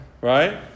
Right